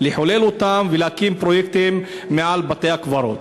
לחלל אותם ולהקים פרויקטים מעל בתי-הקברות.